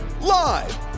Live